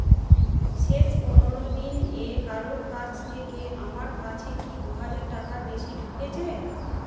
শেষ পনেরো দিনে কারো কাছ থেকে আমার কাছে কি দুহাজার টাকার বেশি ঢুকেছে